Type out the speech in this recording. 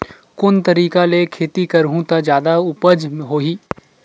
कोन तरीका ले खेती करहु त जादा उपज होही?